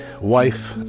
wife